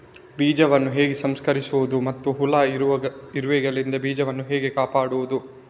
ಬೀಜವನ್ನು ಹೇಗೆ ಸಂಸ್ಕರಿಸುವುದು ಮತ್ತು ಹುಳ, ಇರುವೆಗಳಿಂದ ಬೀಜವನ್ನು ಹೇಗೆ ಕಾಪಾಡುವುದು?